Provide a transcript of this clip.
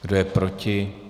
Kdo je proti?